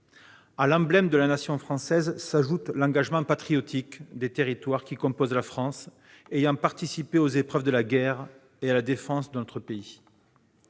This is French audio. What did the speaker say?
Emblèmes de la Nation française, ils témoignent de l'engagement patriotique des territoires composant la France qui ont participé aux épreuves de la guerre et à la défense de notre pays.